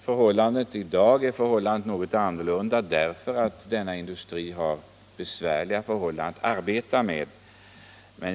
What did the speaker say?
I dag är läget något annorlunda därför att sågverksindustrin arbetar under besvärliga förhållanden.